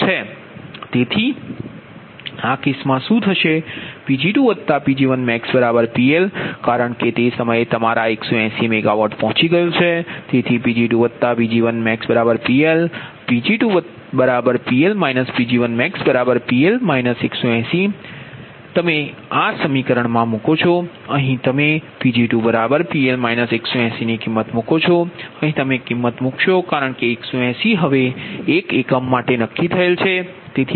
તેથી આ કેસ મા શું થશે Pg2Pg1maxPLકારણ કે તે સમયે તમારા આ 180MW પહોંચી ગયું છે તેથી Pg2Pg1maxPLતેથીPg2PL Pg1maxPL 180 આ Pg2PL 180 તમે તે સમીકરણ માં મૂકોછો અહીં સમીકરણ ix તમે Pg2 PL 180 ની કિમત મૂકો છો અહીં તમે કિમત મૂકશો કારણકે 180 હવે એક એકમ માટે નક્કી થયેલ છે